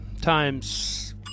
times